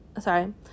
sorry